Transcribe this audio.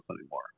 anymore